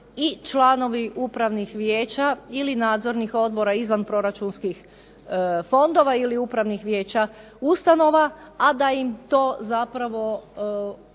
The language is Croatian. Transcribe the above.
i članovi upravnih vijeća ili nadzornih odbora izvan proračunskih fondova ili upravnih vijeća ustanova, a da im to zapravo u